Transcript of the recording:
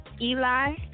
Eli